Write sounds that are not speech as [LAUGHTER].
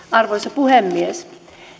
[UNINTELLIGIBLE] arvoisa puhemies